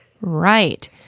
Right